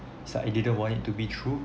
so I didn't want it to be true